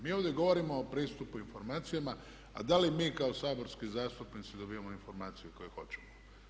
Mi ovdje govorimo o pristupu informacijama a da li mi kao saborski zastupnici dobivamo informacije koje hoćemo.